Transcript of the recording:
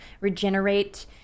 regenerate